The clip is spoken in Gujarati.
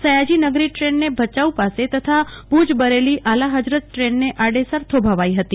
સયાજી નગરી દ્રેનને ભયાઉ પાસે તથા ભુજ બરેલી આલા હજરત દ્રનને આડેસર થોભાવાઈ હતી